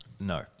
No